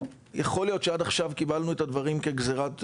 ויכול להיות שעד עכשיו קיבלנו את הדברים כגזרת גורל.